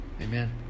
Amen